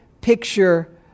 picture